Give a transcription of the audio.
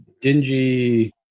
dingy